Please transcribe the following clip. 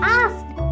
asked